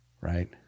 Right